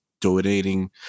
donating